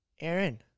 Aaron